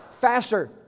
Faster